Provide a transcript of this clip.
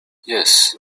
yes